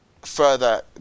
further